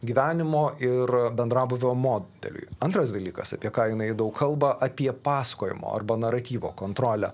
gyvenimo ir bendrabūvio modeliui antras dalykas apie ką jinai daug kalba apie pasakojimo arba naratyvo kontrolę